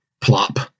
plop